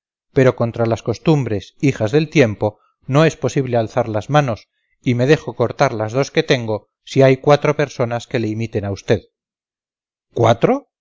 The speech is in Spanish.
pero contra las costumbres hijas del tiempo no es posible alzar las manos y me dejo cortar las dos que tengo si hay cuatro personas que le imiten a usted cuatro